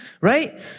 Right